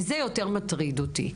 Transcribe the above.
וזה יותר מטריד אותי.